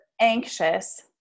anxious